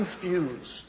confused